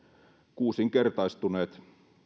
kuusinkertaistuneet